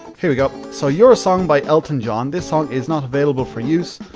here, we go. so, your song by elton john, this song is not available for use,